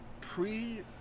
pre